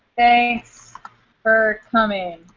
thanks for coming